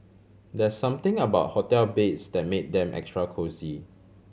there something about hotel beds that made them extra cosy